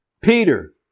Peter